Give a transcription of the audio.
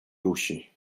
dusi